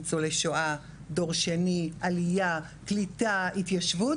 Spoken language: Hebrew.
ניצולי שואה, דור שני, עלייה, קליטה, התיישבות